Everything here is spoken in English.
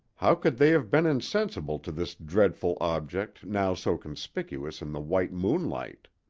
how could they have been insensible to this dreadful object now so conspicuous in the white moonlight?